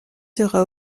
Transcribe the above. sera